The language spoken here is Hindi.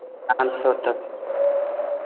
पाँच सौ तक